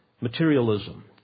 materialism